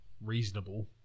reasonable